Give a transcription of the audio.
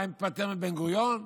הוא היה נפטר מבן-גוריון?